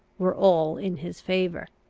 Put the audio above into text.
were all in his favour.